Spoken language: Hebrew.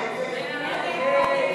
הצעת סיעת יש עתיד להביע אי-אמון